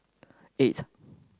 eight